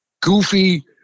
goofy –